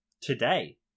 today